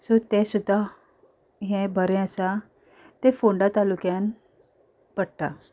so तें सुद्दां हें बरें आसा तें फोंडा तालुक्यान पडटा